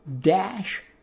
dash